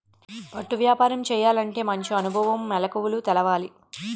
పట్టు వ్యాపారం చేయాలంటే మంచి అనుభవం, మెలకువలు తెలవాలి